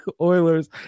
Oilers